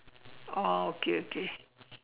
oh okay okay